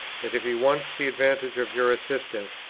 that if he wants the advantage of your assistance,